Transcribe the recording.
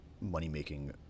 money-making